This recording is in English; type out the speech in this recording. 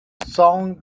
song